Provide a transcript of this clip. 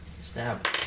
Stab